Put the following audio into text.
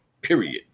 period